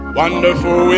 wonderful